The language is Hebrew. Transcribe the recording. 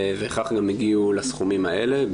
וכך גם הגיעו לסכומים האלה.